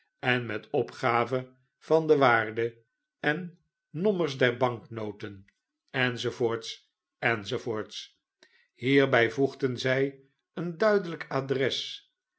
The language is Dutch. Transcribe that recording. en met opgave van de waarde en nommers der banknoten enz enz hierbij voegden zij een duidelijk adres